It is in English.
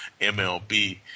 MLB